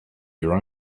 your